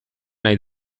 nahi